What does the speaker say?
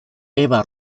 eva